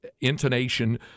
intonation